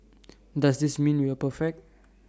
does this mean we are perfect